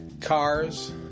cars